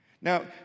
Now